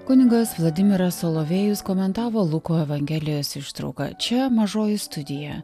kunigas vladimiras solovejus komentavo luko evangelijos ištrauką čia mažoji studija